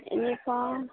uniform